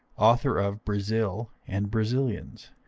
author of brazil and brazilians.